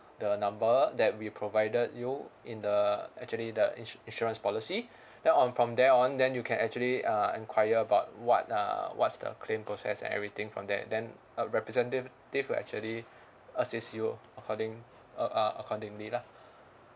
the number that we provided you in the actually the ins~ insurance policy then on from there on then you can actually uh enquire about what uh what's the claim process and everything from there then a representative will actually assist you according uh uh accordingly lah